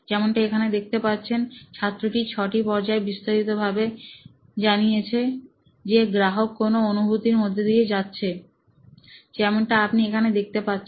যেমনটা এখানে দেখতে পাচ্ছেন ছাত্রটি 6 টি পর্যায় বিস্তারিতভাবে জানিয়েছে যে গ্রাহক কোন অনুভূতির মধ্য দিয়ে যাচ্ছেন যেমনটা আপনি এখানে দেখতে পাচ্ছেন